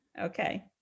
Okay